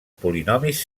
polinomis